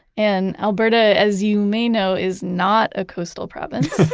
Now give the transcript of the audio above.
and alberta, as you may know, is not a coastal province.